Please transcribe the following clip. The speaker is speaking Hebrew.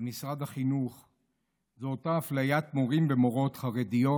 ומשרד החינוך זה אותה אפליית מורים ומורות חרדיות